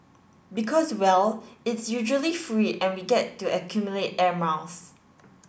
because well it's usually free and we get to accumulate air miles